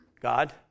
God